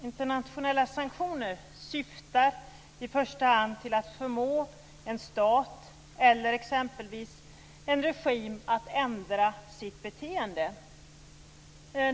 Internationella sanktioner syftar i första hand till att förmå en stat eller exempelvis en regim att ändra sitt beteende.